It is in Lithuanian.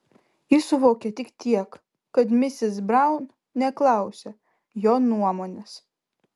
jis suvokė tik tiek kad misis braun neklausia jo nuomonės